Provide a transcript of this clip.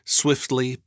swiftly